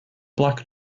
black